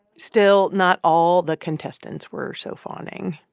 still, not all the contestants were so fawning.